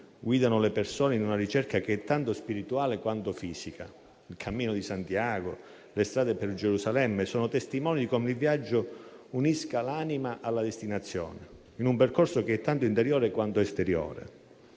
guidano le persone in una ricerca che è tanto spirituale, quanto fisica: il cammino di Santiago o le strade per Gerusalemme sono testimoni di come il viaggio unisca l'anima alla destinazione, in un percorso tanto interiore, quanto esteriore.